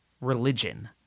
religion